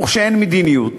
וכשאין מדיניות,